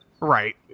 Right